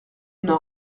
n’en